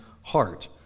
heart